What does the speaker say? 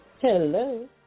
Hello